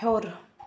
ہیوٚر